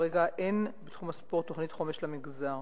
כרגע אין בתחום הספורט תוכנית חומש למגזר.